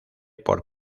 por